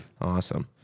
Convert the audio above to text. awesome